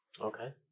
Okay